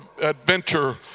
adventure